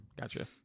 Gotcha